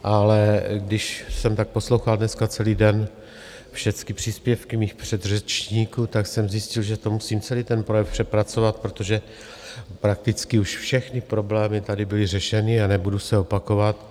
Ale když jsem tak poslouchal dneska celý den všecky příspěvky mých předřečníků, tak jsem zjistil, že musím celý ten projev přepracovat, protože prakticky už všechny problémy tady byly řešeny a nebudu se opakovat.